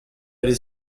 aller